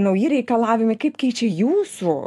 nauji reikalavimai kaip keičia jūsų